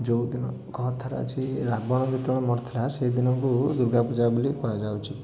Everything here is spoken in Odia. ଯେଉଁଦିନ କଥାରେ ଅଛି ରାବଣ ଯେତେବେଳେ ମରିଥିଲା ସେଇ ଦିନକୁ ଦୁର୍ଗାପୂଜା ବୋଲି କୁହାଯାଉଛି